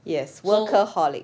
yes workaholic